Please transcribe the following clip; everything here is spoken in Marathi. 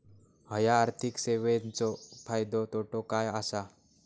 हया आर्थिक सेवेंचो फायदो तोटो काय आसा?